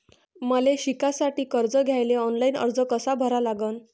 मले शिकासाठी कर्ज घ्याले ऑनलाईन अर्ज कसा भरा लागन?